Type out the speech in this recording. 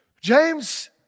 James